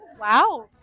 Wow